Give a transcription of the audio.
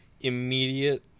immediate